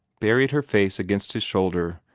buried her face against his shoulder,